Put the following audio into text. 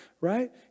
right